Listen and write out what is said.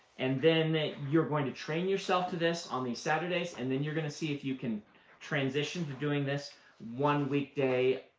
and then you're going to train yourself to this on these saturdays, and then you're going to see if you can transition to doing this one weekday